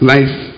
Life